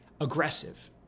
aggressive